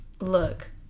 look